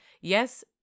Yes